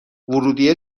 ورودیه